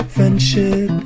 Friendship